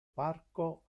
parco